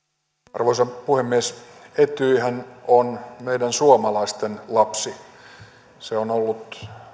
arvoisa puhemies etyjhän on meidän suomalaisten lapsi se on ollut